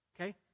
Okay